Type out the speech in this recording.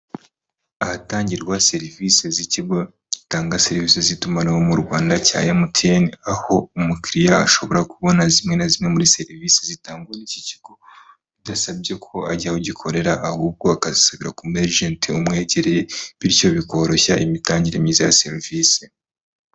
Ahatangirwa serivisi z'ikigo gitanga serivisi z'itumanaho mu Rwanda cya MTN.Aho umukiriya ashobora kubona zimwe na zimwe muri serivisi zitangwa n'iki kigo bidasabye ko ajya aho gikorera ahubwo agasubira ku mu ejenti umwegereye bityo bikoroshya imitangire myiza ya serivisi.